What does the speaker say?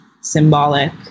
symbolic